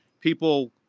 people